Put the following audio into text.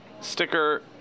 sticker